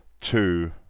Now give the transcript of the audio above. two